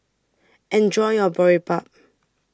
Enjoy your Boribap